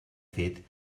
fet